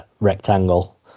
rectangle